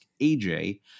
AJ